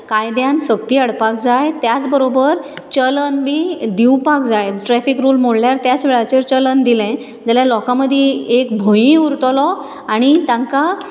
कायद्यान सक्ती हाडपाक जाय त्याच बरोबर चलन बी दिवपाक जाय ट्रेफीक रुल मोडलें जाल्यार त्याच वेळाचेर चलन दिलें जाल्यार लोकां मदीं एक भंयूय उरतलो आनी तांकां